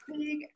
big